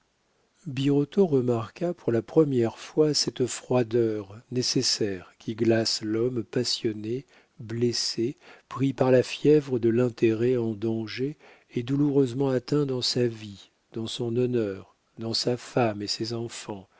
birotteau remarqua pour la première fois cette froideur nécessaire qui glace l'homme passionné blessé pris par la fièvre de l'intérêt en danger et douloureusement atteint dans sa vie dans son honneur dans sa femme et ses enfants